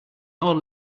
all